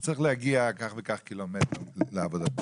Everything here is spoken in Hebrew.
הוא צריך להגיע כך וכך קילומטר לעבודתו